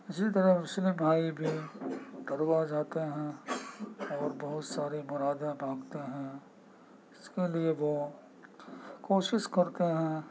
اسی طرح مسلم بھائی بھی درگاہ جاتے ہیں اور بہت ساری مرادیں مانگتے ہیں اس کے لئے وہ کوشش کرتے ہیں